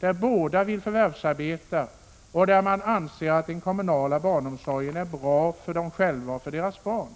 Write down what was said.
där båda föräldrarna vill förvärvsarbeta och där man anser att den kommunala barnomsorgen är bra för föräldrarna och barnen.